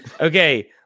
Okay